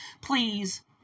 Please